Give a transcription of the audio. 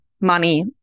money